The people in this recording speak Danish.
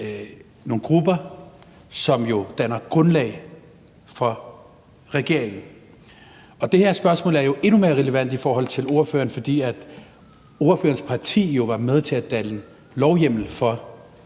nogle grupper, som jo danner grundlag for regeringen. Det her spørgsmål er jo endnu mere relevant i forhold til ordføreren, fordi ordførerens parti jo var med til at danne lovhjemmel for,